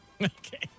Okay